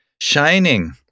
shining